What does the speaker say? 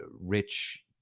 rich